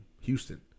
Houston